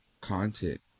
content